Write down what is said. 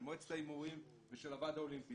של מועצת ההימורים ושל הוועד האולימפי.